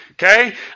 Okay